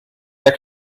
der